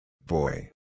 Boy